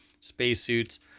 spacesuits